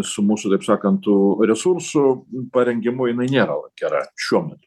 su mūsų taip sakant tų resursų parengimu jinai nėra gera šiuo metu